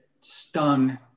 stung